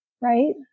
right